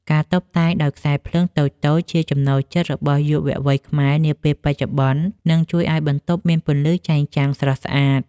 ការតុបតែងដោយខ្សែភ្លើងតូចៗជាចំណូលចិត្តរបស់យុវវ័យខ្មែរនាពេលបច្ចុប្បន្ន និង ជួយឱ្យបន្ទប់មានពន្លឺចែងចាំងស្រស់ស្អាត។